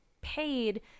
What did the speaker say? Paid